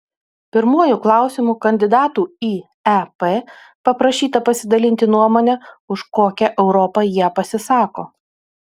pirmuoju klausimu kandidatų į ep paprašyta pasidalinti nuomone už kokią europą jie pasisako